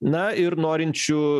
na ir norinčių